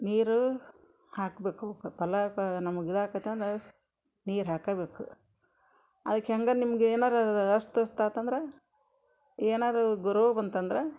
ನೀರು ಹಾಕ್ಬೇಕು ಫಲ ನಮ್ಗೆ ಗಿಡ ಆಗತ್ ಅಂದ್ರೆ ನೀರು ಹಾಕಬೇಕು ಅದಕ್ಕೆ ಹೆಂಗಾರೂ ನಿಮ್ಗೆ ಏನಾರೂ ಅಸ್ತವ್ಯಸ್ತ ಆತಂದ್ರೆ ಏನಾದ್ರೂ ಗು ರೋಗ ಬಂತಂದ್ರೆ